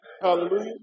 Hallelujah